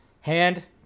hand